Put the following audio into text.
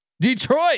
Detroit